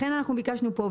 לכן אנחנו ביקשנו פה,